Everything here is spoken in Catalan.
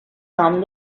nom